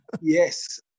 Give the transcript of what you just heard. yes